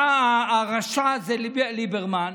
בא הרשע הזה, ליברמן,